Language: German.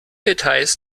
details